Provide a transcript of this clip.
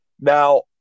Now